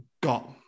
got